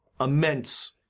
immense